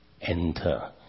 enter